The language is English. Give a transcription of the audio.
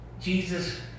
Jesus